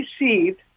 received